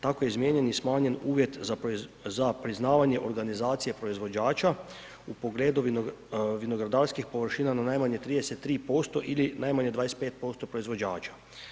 Tako izmijenjen i smanjen uvjet za priznavanje organizacije proizvođača u pogledu vinogradarskih površina na najmanje 33% ili najmanje 25% proizvođača.